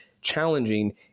challenging